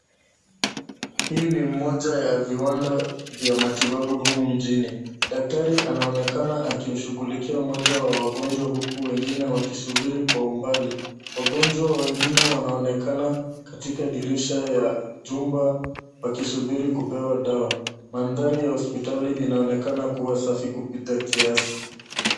Hii ni mmoja ya viwanda ya matibabu humu mjini. Daktari anaonekana akimshughulikia mmoja wa wagonjwa, huku wengine wakisubiri kwa umbali. Wagonjwa wengine wanaonekana katika dirisha ya jumba wakisubiri kupewa dawa. Mandhari ya hospitali inaonekana kuwa safi kupita kiasi.